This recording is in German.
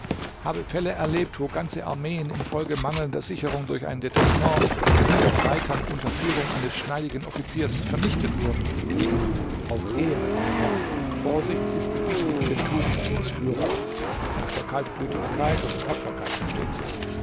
habe fälle erlebt wo ganze armeen infolge mangelnder sicherung durch ein detachement von hundert reitern unter führung eines schneidigen offiziers vernichtet wurden auf ehre meine herren vorsicht ist die wichtigste tugend des führers nach der kaltblütigkeit und tapferkeit versteht sich